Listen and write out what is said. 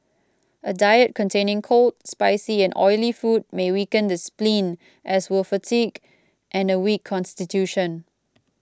a diet containing cold spicy and oily food may weaken the spleen as will fatigue and a weak constitution